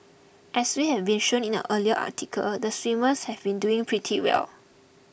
as we have been shown in our earlier article the swimmers have been doing pretty well